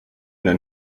dein